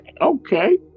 Okay